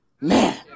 man